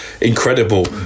incredible